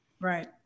right